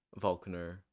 vulcaner